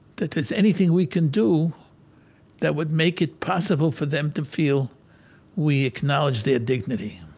that there's anything we can do that would make it possible for them to feel we acknowledge their dignity